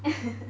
ya